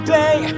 day